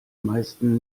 meisten